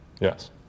Yes